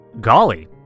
Golly